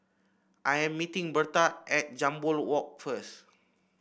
I am meeting Berta at Jambol Walk first